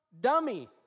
dummy